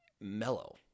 mellow